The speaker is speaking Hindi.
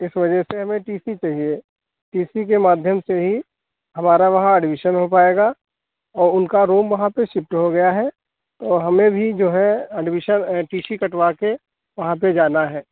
इस वजह से हमें टी सी चाहिए टी सी के माध्यम से ही हमारा वहाँ अड्मिशन हो पाएगा और उनका रूम वहाँ पर सिप्ट हो गया है और हमें भी जो है अड्मिशन टी सी कटवाकर वहाँ पर जाना है